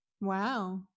Wow